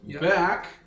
back